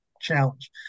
challenge